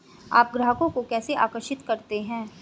आप ग्राहकों को कैसे आकर्षित करते हैं?